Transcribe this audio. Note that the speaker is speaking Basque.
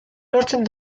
lortzen